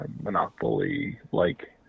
monopoly-like